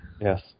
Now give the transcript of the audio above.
Yes